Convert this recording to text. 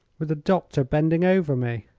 with the doctor bending over me.